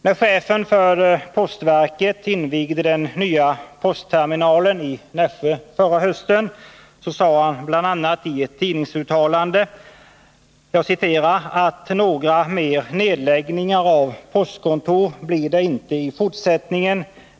När chefen för postverket invigde den nya postterminalen i Nässjö förra hösten, sade han enligt ett tidningsreferat bl.a. att ”några mer nedläggningar av postkontor blir det inte i fortsättningen.